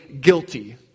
guilty